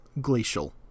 glacial